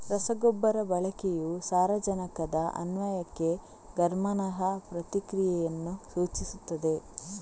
ರಸಗೊಬ್ಬರ ಬಳಕೆಯು ಸಾರಜನಕದ ಅನ್ವಯಕ್ಕೆ ಗಮನಾರ್ಹ ಪ್ರತಿಕ್ರಿಯೆಯನ್ನು ಸೂಚಿಸುತ್ತದೆ